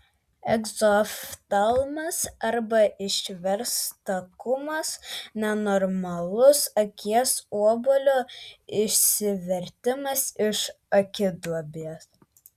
egzoftalmas arba išverstakumas nenormalus akies obuolio išsivertimas iš akiduobės